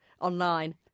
online